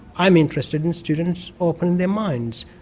i'm interested in students opening their minds,